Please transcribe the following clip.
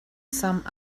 some